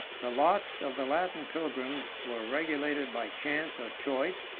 the lots of the latin pilgrims were regulated by chance, or choice,